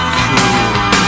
cool